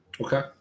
Okay